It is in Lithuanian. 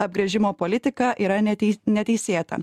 apgręžimo politika yra ne tei neteisėta